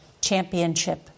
championship